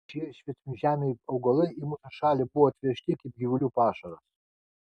šie svetimžemiai augalai į mūsų šalį buvo atvežti kaip gyvulių pašaras